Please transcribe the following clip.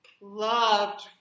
loved